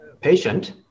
patient